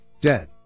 Dead